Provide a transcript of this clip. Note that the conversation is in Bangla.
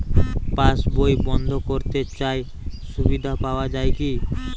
পাশ বই বন্দ করতে চাই সুবিধা পাওয়া যায় কি?